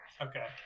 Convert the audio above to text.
Okay